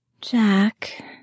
Jack